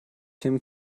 tim